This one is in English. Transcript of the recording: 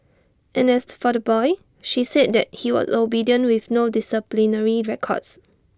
and as for the boy she said that he was obedient with no disciplinary records